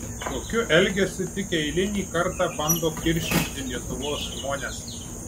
tokiu elgesiu tik eilinį kartą bando kiršinti lietuvos žmones